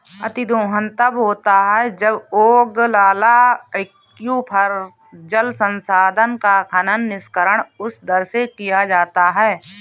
अतिदोहन तब होता है जब ओगलाला एक्वीफर, जल संसाधन का खनन, निष्कर्षण उस दर से किया जाता है